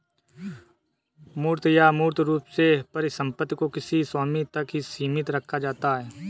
मूर्त या अमूर्त रूप से परिसम्पत्ति को किसी स्वामी तक ही सीमित रखा जाता है